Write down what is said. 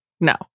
No